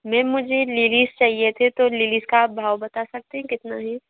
ma'am मुझे lilies चाहिए थे तो लिलिस का भाव बता सकते हैं कितना है